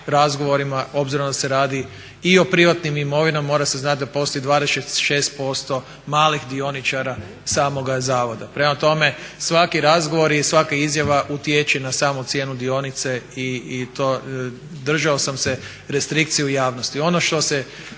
razgovorima obzirom da se radi i o privatnim imovinama, mora se znati da postoji 26% malih dioničara samoga zavoda. Prema tome svaki razgovori i svaka izjava utječe na samu cijenu dionice i to držao sam se restrikcije u javnosti.